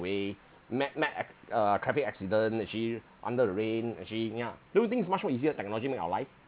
way met met acc~ uh traffic accident actually under the rain actually yeah don't you think is much more easier technology make our life